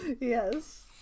Yes